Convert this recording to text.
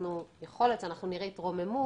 יכול להיות שאנחנו נראה התרוממות